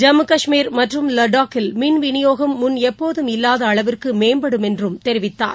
ஜம்மு கஷ்மீர் மற்றும் லடாகில் மின் விநியோகம் முன் எப்போது இல்லாத அளவிற்கு மேம்படும் என்றும் தெரிவித்தார்